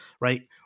right